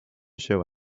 show